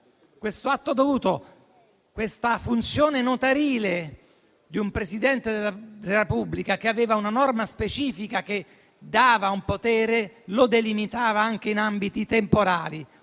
magica "atto dovuto" e la funzione notarile di un Presidente della Repubblica che aveva una norma specifica, che gli dava un potere e lo delimitava anche in ambiti temporali;